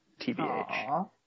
tbh